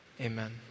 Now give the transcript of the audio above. Amen